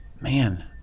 Man